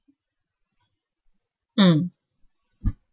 mm